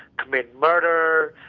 committing murder.